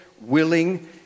willing